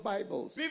Bibles